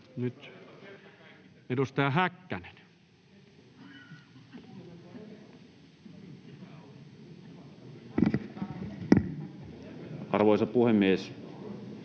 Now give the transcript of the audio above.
— Edustaja Mykkänen. Arvoisa puhemies!